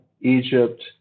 Egypt